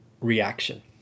reaction